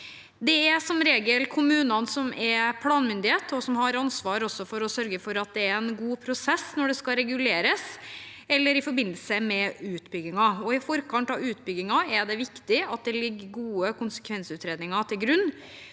Det er som regel kommunene som er planmyndighet, og som har ansvar for å sørge for at det er en god prosess når det skal reguleres, eller i forbindelse med utbygginger. I forkant av utbygginger er det viktig at det ligger gode konsekvensutredninger til grunn,